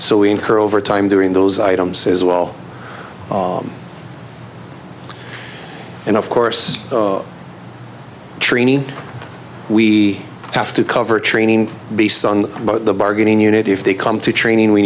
we incur overtime during those items as well and of course trainee we have to cover training based on the bargaining unit if they come to training we